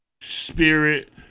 spirit